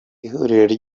ihuriro